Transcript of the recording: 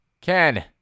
Ken